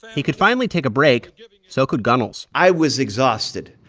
he could finally take a break so could gunnels i was exhausted.